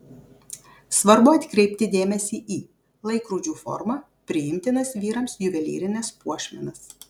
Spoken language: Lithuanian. svarbu atkreipti dėmesį į laikrodžių formą priimtinas vyrams juvelyrines puošmenas